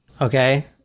Okay